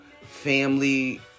family